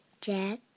Jack